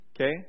Okay